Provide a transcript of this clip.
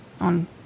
on